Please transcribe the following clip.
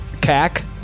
CAC